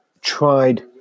tried